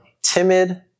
Timid